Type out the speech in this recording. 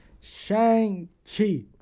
Shang-Chi